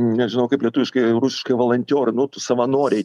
nežinau kaip lietuviškai rusiškai valantior nu savanoriai